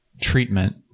treatment